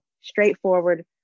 straightforward